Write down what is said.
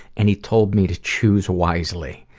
and he told me to choose wisely.